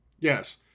Yes